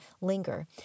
linger